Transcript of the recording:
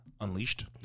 Unleashed